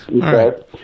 Okay